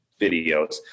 videos